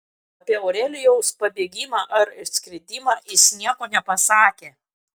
apie aurelijaus pabėgimą ar išskridimą jis nieko nepasakė